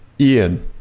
Ian